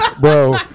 Bro